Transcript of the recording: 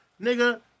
nigga